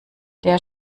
der